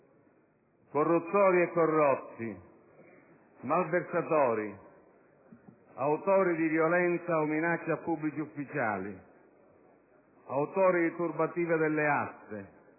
corruttori e corrotti, malversatori, autori di violenza o minaccia a pubblici ufficiali, autori di turbative d'asta,